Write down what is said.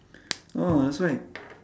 oh that's why